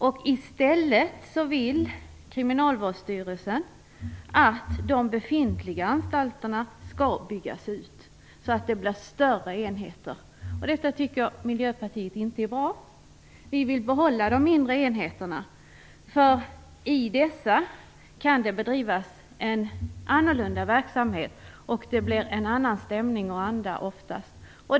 I stället vill Kriminalvårdsstyrelsen att de befintliga anstalterna skall byggas ut så att det blir större enheter. Det tycker Miljöpartiet inte är bra. Vi vill behålla de mindre enheterna. I dessa kan det bedrivas en annorlunda verksamhet, och det blir ofta en annan stämning och anda.